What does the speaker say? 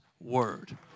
word